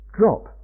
drop